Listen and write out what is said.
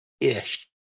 ish